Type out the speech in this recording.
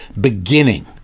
beginning